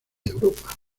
europa